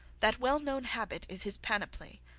that well-known habit is his panoply,